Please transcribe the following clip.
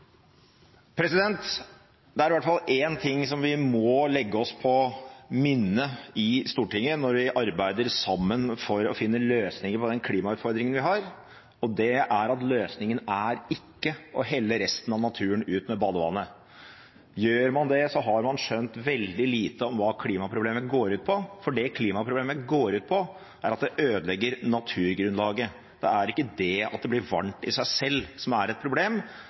ting som vi må legge oss på minne i Stortinget når vi arbeider sammen for å finne løsninger på den klimautfordringen vi har, og det er at løsningen er ikke å helle resten av naturen ut med badevannet. Gjør man det, har man skjønt veldig lite av hva klimaproblemet går ut på, for det klimaproblemet går ut på, er at det ødelegger naturgrunnlaget. Det at det blir varmt, er ikke et problem i seg selv – det er